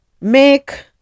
make